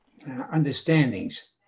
understandings